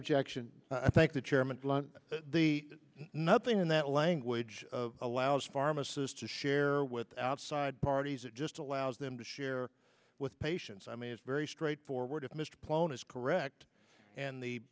objection i thank the chairman the nothing in that language allows pharmacists to share with outside parties or just allows them to share with patients i mean it's very straightforward if mr plone is correct and the